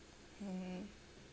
mm